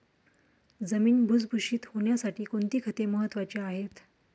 जमीन भुसभुशीत होण्यासाठी कोणती खते महत्वाची आहेत?